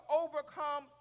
overcome